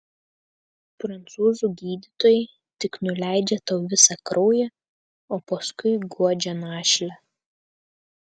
prancūzų gydytojai tik nuleidžia tau visą kraują o paskui guodžia našlę